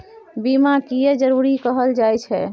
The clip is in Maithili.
बीमा किये जरूरी कहल जाय छै?